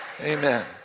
amen